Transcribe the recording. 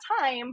time